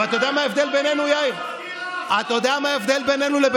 --- חומר ממוחזר.